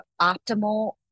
optimal